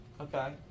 Okay